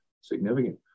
significant